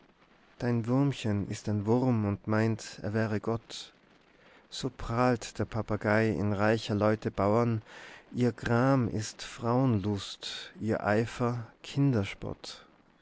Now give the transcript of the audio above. dein würmchen ist ein wurm und meint er wäre gott so prahlt der papagey in reicher leute bauern ihr gram ist frauenlust ihr eifer